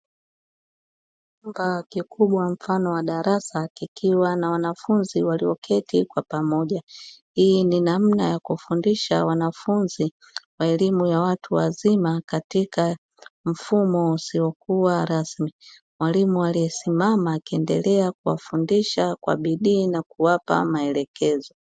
Chumba kikubwa mfano wa darasa kikiwa na wanafunzi walioketi kwa pamoja, hii ni namna ya kufundisha wanafunzi wa elimu ya watu wazima katika mfumo usiokuwa rasmi, mwalimu aliesimama akiendelea kuwafundisha kwa bidii na kuwapa maelekezo.